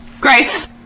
Grace